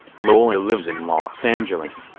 lola lives in los-angeles,